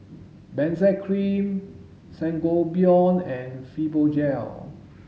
benzac cream Sangobion and Fibogel